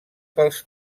pels